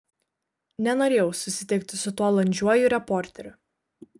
nenorėjau susitikti su tuo landžiuoju reporteriu